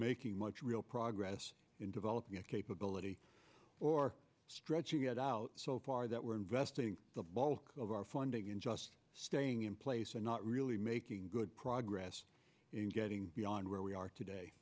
making much real progress in developing a capability or stretching it out so far that we're investing the bulk of our funding and just staying in place and not really making good progress in getting beyond where we are today